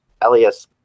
Elias